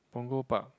Punggol Park